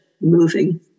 Moving